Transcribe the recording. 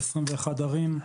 21 ערים,